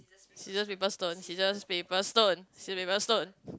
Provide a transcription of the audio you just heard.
scissors paper stone scissors paper stone scissors paper stone